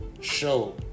show